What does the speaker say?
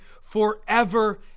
forever